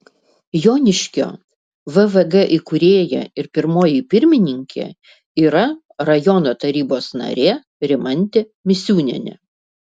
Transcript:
joniškio vvg įkūrėja ir pirmoji pirmininkė yra rajono tarybos narė rimantė misiūnienė